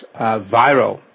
viral